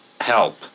help